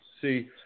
see